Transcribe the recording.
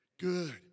Good